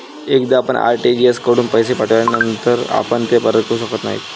एकदा आपण आर.टी.जी.एस कडून पैसे पाठविल्यानंतर आपण ते परत करू शकत नाही